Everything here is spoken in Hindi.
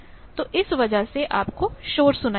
तो इस वजह से आपको शोर सुनाई देगा